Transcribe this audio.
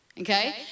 okay